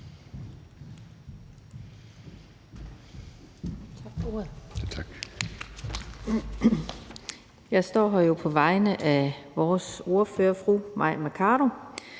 jeg står her jo på vegne af vores ordfører, fru Mai Mercado.